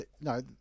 no